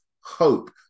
hope